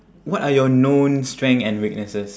what are your known strength and weaknesses